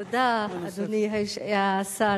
תודה, אדוני השר.